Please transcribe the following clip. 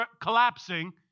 collapsing